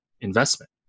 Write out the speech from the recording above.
investment